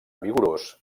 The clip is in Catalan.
vigorós